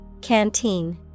Canteen